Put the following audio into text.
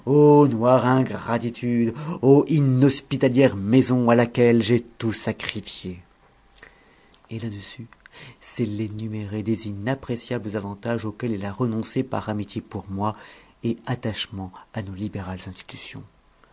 ô inhospitalière maison à laquelle j'ai tout sacrifié et là-dessus c'est l'énuméré des inappréciables avantages auxquels il a renoncé par amitié pour moi et attachement à nos libérales institutions